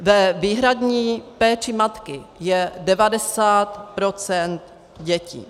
Ve výhradní péči matky je 90 % dětí.